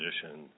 position